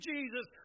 Jesus